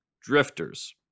drifters